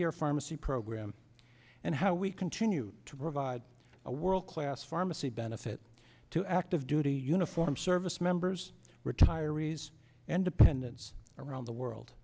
care pharmacy program and how we continue to provide a world class pharmacy benefit to active duty uniform service members retirees and dependents around the world